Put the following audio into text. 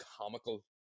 comical